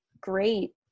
great